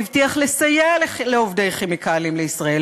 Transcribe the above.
והבטיח לסייע לעובדי "כימיקלים לישראל"